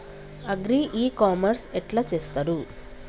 Agri e commerce ఎట్ల చేస్తరు?